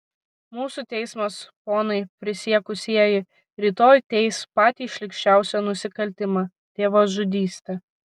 mūsų teismas ponai prisiekusieji rytoj teis patį šlykščiausią nusikaltimą tėvažudystę